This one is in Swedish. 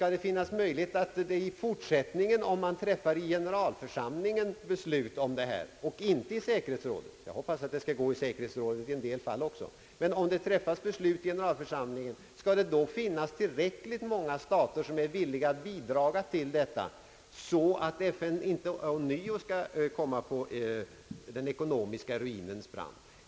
Om det i denna fråga träffas ett beslut i generalförsamlingen och inte i säkerhetsrådet — jag hoppas att det i en del fall skall vara möjligt att träffa beslut också i säkerhetsrådet — finns det då tillräckligt många stater som är villiga att bidra, så att inte FN ånyo skall behöva komma på den ekonomiska ruinens brant?